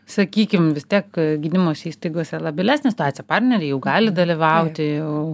sakykim vis tiek gydymosi įstaigose labilesnė stacija partneriai jau gali dalyvauti jau